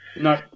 No